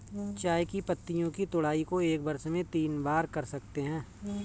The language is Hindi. चाय की पत्तियों की तुड़ाई को एक वर्ष में तीन बार कर सकते है